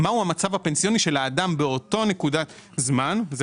מהו המצב הפנסיוני של האדם באותה נקודת זמן וזה